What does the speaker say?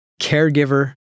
caregiver